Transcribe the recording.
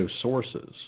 sources